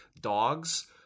dogs